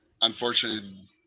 unfortunately